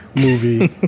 movie